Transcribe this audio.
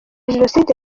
jenoside